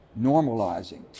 normalizing